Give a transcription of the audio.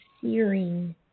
searing